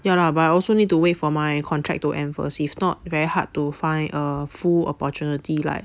ya lah but I also need to wait for my contract to end first if not very hard to find a full opportunity like